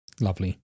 Lovely